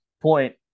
point